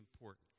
important